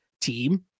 team